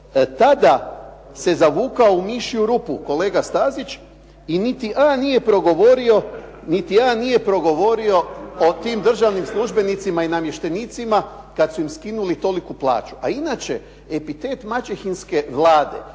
tada se zavukao u mišju rupu kolega Stazić i niti A nije progovorio o tim državnim službenicima i namještenicima kad su im skinuli toliko plaću. A inače, epitet maćehinske Vlade